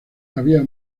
había